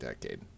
decade